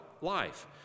life